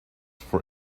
for